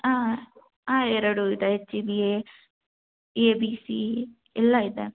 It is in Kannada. ಹಾಂ ಹಾಂ ಎರಡು ಇದೆ H E B A A B C ಎಲ್ಲ ಇದೆ